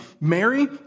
Mary